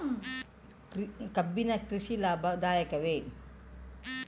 ಕಬ್ಬಿನ ಕೃಷಿ ಲಾಭದಾಯಕವೇ?